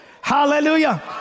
hallelujah